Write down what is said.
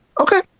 okay